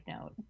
note